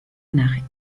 nach